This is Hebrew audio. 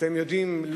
אתם יודעים,